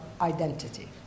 identity